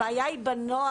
הבעיה היא בנוער.